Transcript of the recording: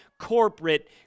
corporate